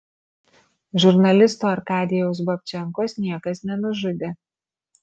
žurnalisto arkadijaus babčenkos niekas nenužudė